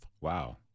Wow